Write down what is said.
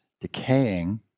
decaying